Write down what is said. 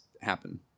happen